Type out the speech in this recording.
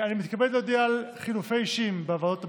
אני מתכבד להודיע על חילופי אישים בוועדות הבאות.